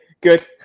Good